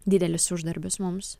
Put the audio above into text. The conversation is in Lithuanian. didelis uždarbis mums